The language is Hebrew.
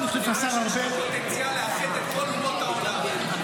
אני חושב שיש פוטנציאל לאחד את כל אומות העולם.